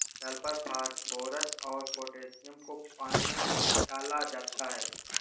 sulphur phosphorus और potassium को पानी में डाला जाता है